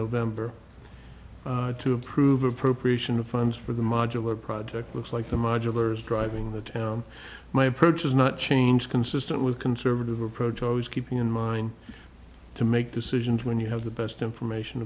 november to approve appropriation of funds for the modular project looks like the modular is driving the town my approach is not change consistent with conservative approach always keeping in mind to make decisions when you have the best information